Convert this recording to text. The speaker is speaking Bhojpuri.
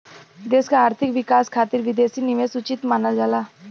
देश क आर्थिक विकास खातिर विदेशी निवेश उचित मानल जाला